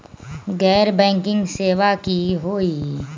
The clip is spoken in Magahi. गैर बैंकिंग सेवा की होई?